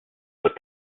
put